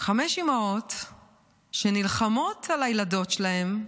חמש אימהות שנלחמות על הילדות שלהם,